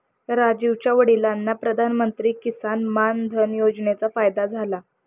राजीवच्या वडिलांना प्रधानमंत्री किसान मान धन योजनेचा फायदा झाला